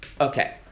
Okay